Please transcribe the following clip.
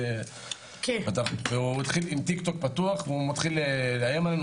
הוא התחיל לאיים עלינו,